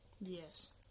Yes